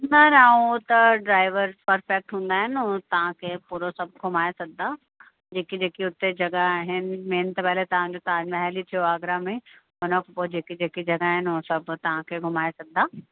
न न उहो त ड्राइवर परफ़ेक्ट हूंदा आहिनि उहो तव्हांखे पूरो सभु घुमाए छॾंदा जेकी जेकी हुते जॻह आहिनि मेन त पहले तव्हांजो ताजमहल ई थियो आगरा में हुन खां पोइ जेकी जेकी जॻह आहिनि उहो सभु तव्हांखे घुमाए छॾंदा